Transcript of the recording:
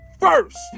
first